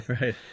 right